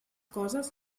coses